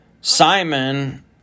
Simon